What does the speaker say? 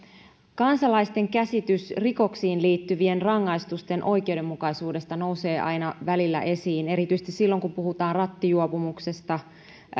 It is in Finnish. kansalaisten käsitys rikoksiin liittyvien rangaistusten oikeudenmukaisuudesta nousee aina välillä esiin erityisesti silloin kun puhutaan rattijuopumuksesta